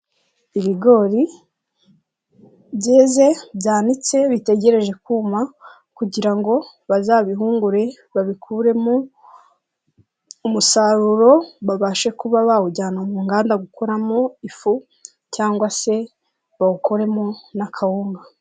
Ibigori byeze, byanitse, bitegereje kuma kugira ngo bazabihungure, babikuremo umusaruro, babashe kuba bawujyana mu nganda gukoramo ifu cyangwa se bawukoremo n'akawunga.